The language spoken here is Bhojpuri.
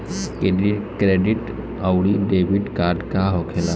क्रेडिट आउरी डेबिट कार्ड का होखेला?